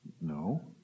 No